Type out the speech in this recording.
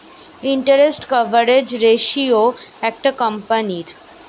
interest coverage ratio একটা কোম্পানীর